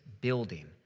building